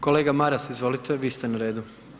Kolega Maras, izvolite, vi ste na redu.